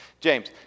James